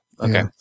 okay